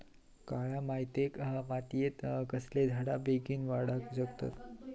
काळ्या मातयेत कसले झाडा बेगीन वाडाक शकतत?